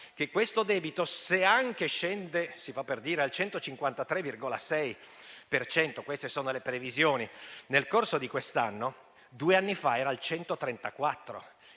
che questo debito, se anche scende - si fa per dire - al 153,6 per cento (queste sono le previsioni) nel corso di quest'anno, due anni fa era al 134,